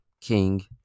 King